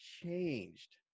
changed